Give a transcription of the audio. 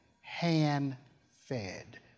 hand-fed